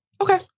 Okay